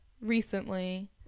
recently